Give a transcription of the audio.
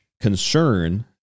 concern